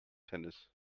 tennis